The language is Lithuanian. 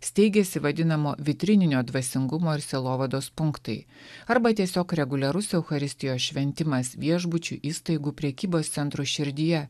steigiasi vadinamo vitrininio dvasingumo ir sielovados punktai arba tiesiog reguliarus eucharistijos šventimas viešbučių įstaigų prekybos centrų širdyje